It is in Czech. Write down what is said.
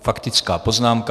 Faktická poznámka.